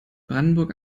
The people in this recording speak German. brandenburg